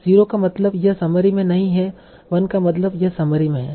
0 का मतलब यह समरी में नहीं है 1 का मतलब यह समरी में है